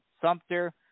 Sumter